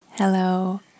Hello